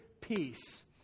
peace